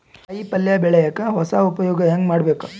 ಕಾಯಿ ಪಲ್ಯ ಬೆಳಿಯಕ ಹೊಸ ಉಪಯೊಗ ಹೆಂಗ ಮಾಡಬೇಕು?